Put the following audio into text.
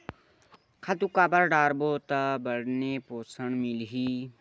खातु काबर डारबो त बने पोषण मिलही?